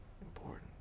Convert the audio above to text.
important